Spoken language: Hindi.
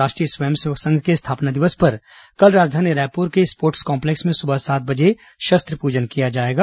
राष्ट्रीय स्वयंसेवक संघ के स्थापना दिवस पर कल राजधानी रायपुर के स्पोर्टस कॉम्पलेक्स में सुबह सात बजे शस्त्र पूजन किया जाएगा